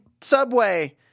subway